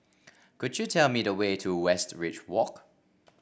could you tell me the way to Westridge Walk